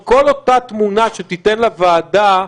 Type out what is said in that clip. זאת אומרת שכל אותה תמונה שתיתן לוועדה,